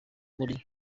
muri